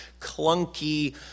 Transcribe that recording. clunky